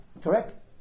Correct